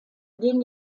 den